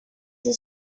that